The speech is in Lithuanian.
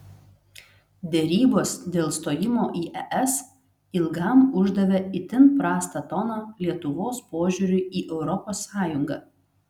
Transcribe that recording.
derybos dėl stojimo į es ilgam uždavė itin prastą toną lietuvos požiūriui į europos sąjungą